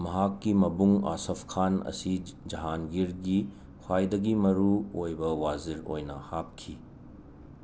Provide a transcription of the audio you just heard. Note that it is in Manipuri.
ꯃꯍꯥꯛꯀꯤ ꯃꯕꯨꯡ ꯑꯥꯁꯐ ꯈꯥꯟ ꯑꯁꯤ ꯖꯥꯍꯥꯟꯒꯤꯔꯒꯤ ꯈ꯭ꯋꯥꯏꯗꯒꯤ ꯃꯔꯨꯑꯣꯏꯕ ꯋꯥꯖꯤꯔ ꯑꯣꯏꯅ ꯍꯥꯞꯈꯤ